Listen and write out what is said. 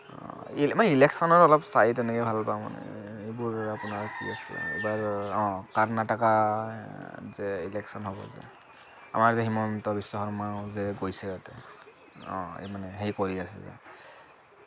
আমাৰ ইলেকচনৰ অলপ চাই তেনেকে ভাল পাওঁ মানে এইবোৰ আপোনাৰ কি আছিলে কিবা অঁ কৰ্ণাটকাত যে ইলেকচন হ'ব যে আমাৰ যে হিমন্ত বিশ্ব শৰ্মাও যে গৈছে ইয়াতে অঁ মানে সেই কৰি আছে যে